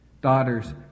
daughters